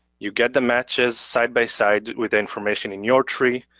you get the matches side by side with the information in your tree.